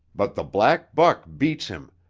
but the black buck beats him,